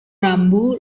rambu